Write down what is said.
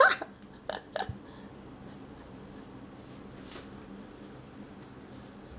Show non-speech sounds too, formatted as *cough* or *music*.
*laughs*